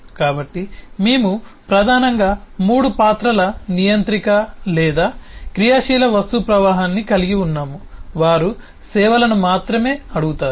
కాబట్టి మేము ప్రధానంగా మూడు పాత్రల నియంత్రిక లేదా క్రియాశీల వస్తువు ప్రవాహాన్ని కలిగి ఉన్నాము వారు సేవలను మాత్రమే అడుగుతారు